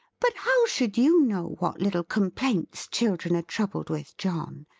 but how should you know what little complaints children are troubled with, john!